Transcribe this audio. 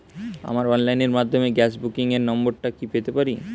আমার অনলাইনের মাধ্যমে গ্যাস বুকিং এর নাম্বারটা কি পেতে পারি?